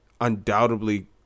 undoubtedly